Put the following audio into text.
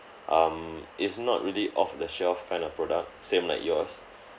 um it's not really off the shelf kind of product same like yours